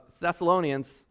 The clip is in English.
Thessalonians